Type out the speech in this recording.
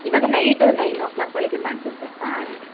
ಇವಾಗ night nine o'clock ಒಳಗೆ ಮಾಡಿಬಿಡ್ಬೇಕಾ